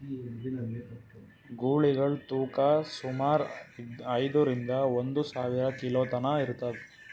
ಗೂಳಿಗಳ್ ತೂಕಾ ಸುಮಾರ್ ಐದ್ನೂರಿಂದಾ ಒಂದ್ ಸಾವಿರ ಕಿಲೋ ತನಾ ಇರ್ತದ್